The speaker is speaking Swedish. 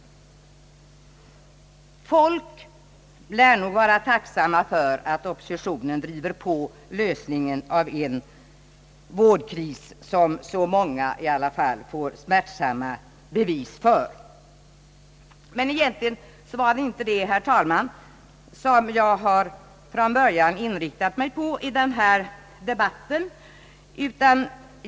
Folk lär vara tacksamma för att oppositionen driver på lösningen av en vårdkris, som i alla fall så många får smärtsamma bevis för. Egentligen var det dock inte detta, herr talman, som jag från början inriktat mig på i denna debatt.